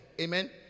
Amen